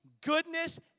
goodness